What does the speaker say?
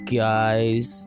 guys